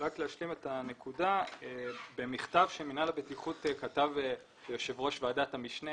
רק להשלים את הנקודה: במכתב שמינהל הבטיחות כתב ליושב-ראש ועדת המשנה